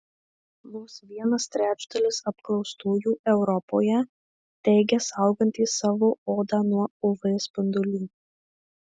vos vienas trečdalis apklaustųjų europoje teigia saugantys savo odą nuo uv spindulių